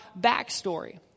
backstory